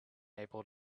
able